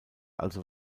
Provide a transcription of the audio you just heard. also